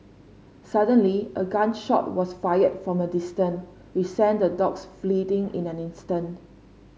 suddenly a gun shot was fired from a distance which sent the dogs fleeing in an instant